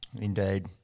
Indeed